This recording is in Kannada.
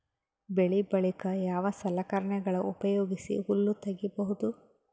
ಬೆಳಿ ಬಳಿಕ ಯಾವ ಸಲಕರಣೆಗಳ ಉಪಯೋಗಿಸಿ ಹುಲ್ಲ ತಗಿಬಹುದು?